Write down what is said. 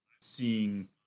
seeing